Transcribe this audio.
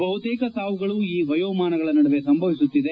ಬಹುತೇಕ ಸಾವುಗಳು ಈ ವಯೋಮಾನಗಳ ನಡುವೆ ಸಂಭವಿಸುತ್ತಿದೆ